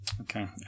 Okay